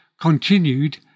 continued